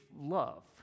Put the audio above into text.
love